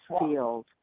field